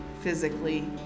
physically